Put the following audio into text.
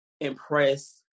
impress